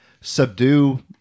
subdue